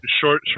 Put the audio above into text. short